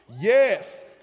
Yes